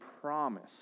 promise